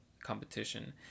competition